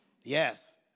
Yes